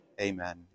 Amen